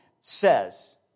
says